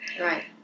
right